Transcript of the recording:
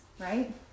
right